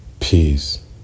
peace